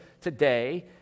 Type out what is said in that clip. today